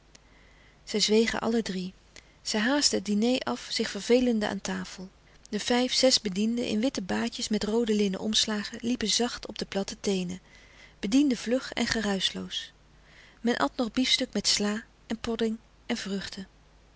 zij zwegen alle drie zij haastten het diner af zich vervelende aan tafel de vijf zes bedienden in witte baadjes met roode linnen omslagen liepen zacht op de platte teenen bedienden vlug en geruischloos men at nog biefstuk met sla en podding en vruchten